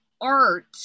art